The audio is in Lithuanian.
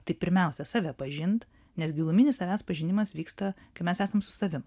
tai pirmiausia save pažint nes giluminis savęs pažinimas vyksta kai mes esam su savim